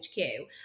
HQ